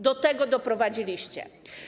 Do tego doprowadziliście.